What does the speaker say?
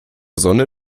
sonne